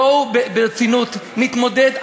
בואו ברצינות נתמודד אמיתית,